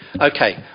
Okay